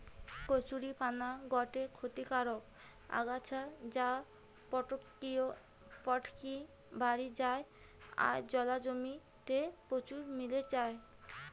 কচুরীপানা গটে ক্ষতিকারক আগাছা যা পটকি বাড়ি যায় আর জলা জমি তে প্রচুর মেলি যায়